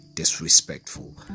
Disrespectful